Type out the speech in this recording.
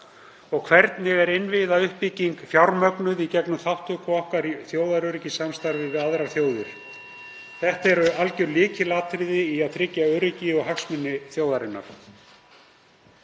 og hvernig er innviðauppbygging fjármögnuð í gegnum þátttöku okkar í þjóðaröryggissamstarfi við aðrar þjóðir? (Forseti hringir.) Þetta eru alger lykilatriði í að tryggja öryggi og hagsmuni þjóðarinnar.